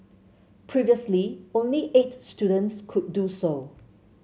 previously only eight students could do so